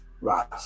Right